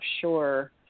sure